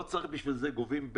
לא צריך בשביל זה לגבות כל כך הרבה.